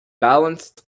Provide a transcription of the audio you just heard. Balanced